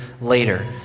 later